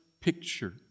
picture